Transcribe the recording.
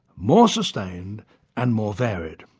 more sustained and more varied.